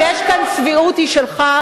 אם יש כאן צביעות, היא שלך.